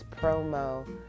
promo